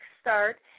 start